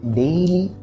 daily